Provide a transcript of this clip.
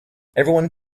everyone